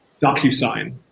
DocuSign